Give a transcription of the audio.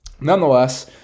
nonetheless